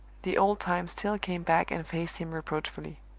the old times still came back and faced him reproachfully.